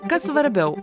kas svarbiau